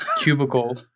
cubicle